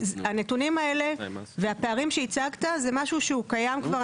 כי הנתונים האלה והפערים שהצגת זה משהו שהוא קיים כבר,